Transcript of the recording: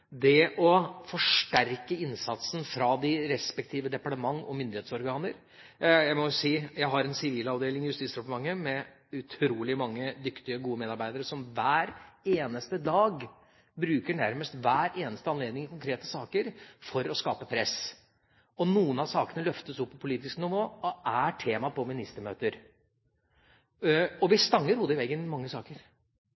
det å forsterke innsatsen fra de respektive departementer og myndighetsorganer. Jeg må si at jeg har en sivilavdeling i Justisdepartementet med utrolig mange dyktige og gode medarbeidere som hver eneste dag nærmest bruker hver eneste anledning til å skape press i konkrete saker. Noen av sakene løftes opp på politisk nivå og er tema på ministermøter. Vi